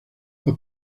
los